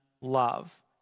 love